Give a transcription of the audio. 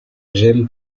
gemme